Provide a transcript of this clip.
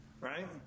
right